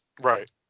right